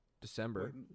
December